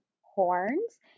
horns